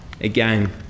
again